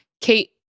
Kate